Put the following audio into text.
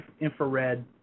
infrared